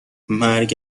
مرگ